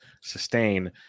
sustain